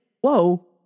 whoa